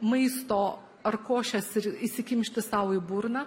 maisto ar košės ir įsikimšti sau į burną